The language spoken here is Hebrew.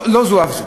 לא זו אף זו.